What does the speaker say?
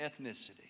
ethnicity